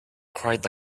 cried